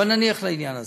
אבל נניח לעניין הזה.